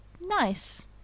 nice